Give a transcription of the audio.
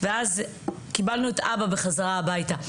ואז קיבלנו את אבא בחזרה הביתה.